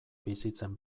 bizitzen